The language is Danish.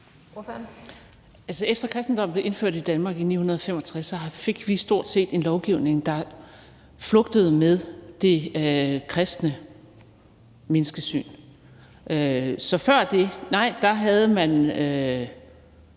efter at kristendommen blev indført i Danmark i 965, fik vi stort set en lovgivning, der flugtede med det kristne menneskesyn. Så før det: Nej,